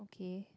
okay